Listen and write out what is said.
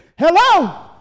Hello